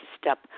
step